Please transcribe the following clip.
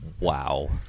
Wow